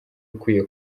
ukwiye